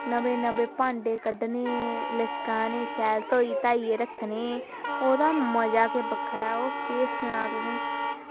नमें नमें भांडे कड्ढने लश्काने शैल धोई धाइयै रक्खने ते ओह्दा मज़ा गै बक्खरा ऐ ओह्दा केह् सनांऽ तुसें ई